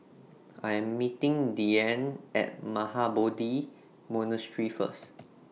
I Am meeting Diann At Mahabodhi Monastery First